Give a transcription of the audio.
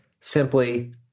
simply